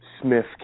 Smith